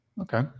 Okay